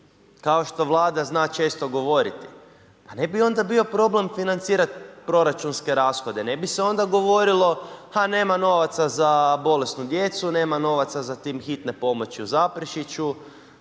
kao što vlada zna često govorit, pa ne bi onda bio problem financirat proračunske rashode. Ne bi se onda govorilo a nema novaca za bolesnu djecu, nema novaca za tim hitne pomoći u Zaprešiću,